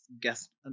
guest